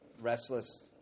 restless